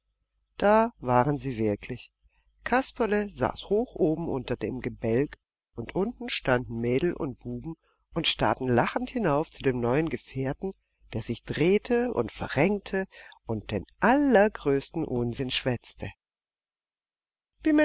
da waren sie wirklich kasperle saß hoch oben unter dem gebälk und unten standen mädel und buben und starrten lachend hinauf zu dem neuen gefährten der sich drehte und verrenkte und den allergrößten unsinn schwätzte